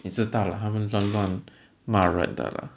你知道 lah 他们乱乱骂人的 lah